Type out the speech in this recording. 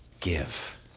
Give